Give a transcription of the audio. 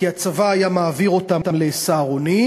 כי הצבא היה מעביר אותם ל"סהרונים".